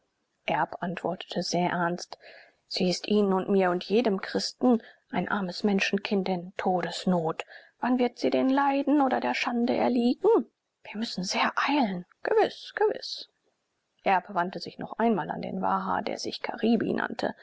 erb antwortete sehr ernst sie ist ihnen und mir und jedem christen ein armes menschenkind in todesnot wann wird sie den leiden oder der schande erliegen wir müssen sehr eilen gewiß gewiß erb wandte sich noch einmal an den waha der sich karibi